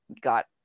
got